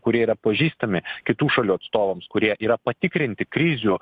kurie yra pažįstami kitų šalių atstovams kurie yra patikrinti krizių